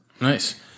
Nice